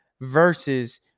versus